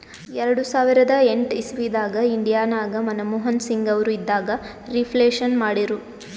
ಎರಡು ಸಾವಿರದ ಎಂಟ್ ಇಸವಿದಾಗ್ ಇಂಡಿಯಾ ನಾಗ್ ಮನಮೋಹನ್ ಸಿಂಗ್ ಅವರು ಇದ್ದಾಗ ರಿಫ್ಲೇಷನ್ ಮಾಡಿರು